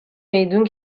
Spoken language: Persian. میدون